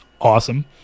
awesome